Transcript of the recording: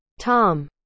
Tom